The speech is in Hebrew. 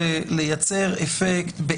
זה?